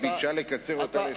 היא ביקשה לקצר אותה,